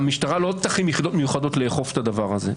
המשטרה לא תכין יחידות מיוחדות לאכוף את הדבר הזה.